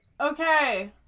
Okay